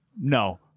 no